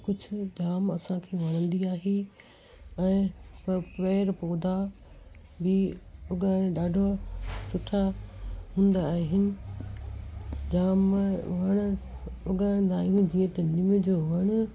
कुझु जाम असांखे वणंदी आहे ऐं प पैर पौधा बि उॻाइण ॾाढा सुठा हुंदा आहिनि जाम वण उॻाईन्दा आहियूं जीअं त निमु जो वणु